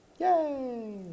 Yay